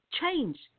change